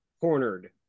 cornered